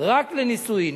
רק לנישואים.